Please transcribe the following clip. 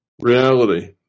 Reality